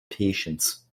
patients